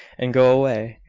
and go away.